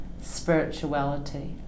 Spirituality